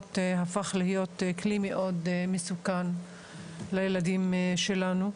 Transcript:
הפך להיות כלי מאוד מסוכן לילדים שלנו,